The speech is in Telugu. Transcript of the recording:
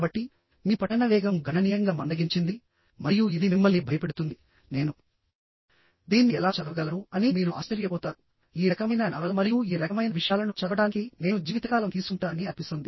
కాబట్టి మీ పఠన వేగం గణనీయంగా మందగించింది మరియు ఇది మిమ్మల్ని భయపెడుతుంది నేను దీన్ని ఎలా చదవగలను అని మీరు ఆశ్చర్యపోతారుఈ రకమైన నవల మరియు ఈ రకమైన విషయాలను చదవడానికి నేను జీవితకాలం తీసుకుంటానని అనిపిస్తుంది